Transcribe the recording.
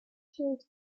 killed